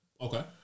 Okay